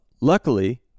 Luckily